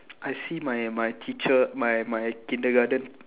I see my my teacher my my kindergarten